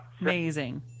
Amazing